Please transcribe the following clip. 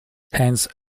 hence